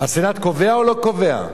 קובע או לא קובע?